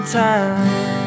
time